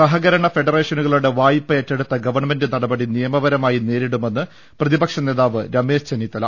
സഹകരണ ഫെഡറേഷനുകളുടെ വായ്പ ഏറ്റെടുത്ത ഗവ നടപടി നിയമപരമായി നേരിടുമെന്ന് പ്രതിപക്ഷനേതാവ് രമേശ് ചെന്നിത്തല